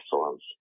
excellence